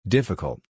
Difficult